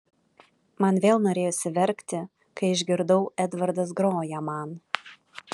man vėl norėjosi verkti kai išgirdau edvardas groja man